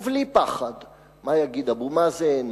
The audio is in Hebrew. ובלי פחד מה יגיד אבו מאזן ,